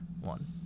one